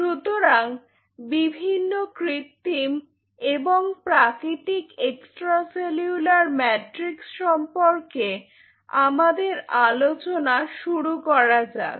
সুতরাং বিভিন্ন কৃত্রিম এবং প্রাকৃতিক এক্সট্রা সেলুলার ম্যাট্রিক্স সম্পর্কে আমাদের আলোচনা শুরু করা যাক